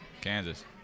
Kansas